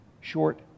short